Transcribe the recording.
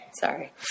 sorry